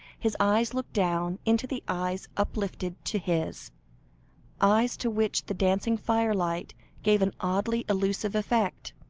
his eyes looked down into the eyes uplifted to his eyes to which the dancing firelight gave an oddly elusive effect.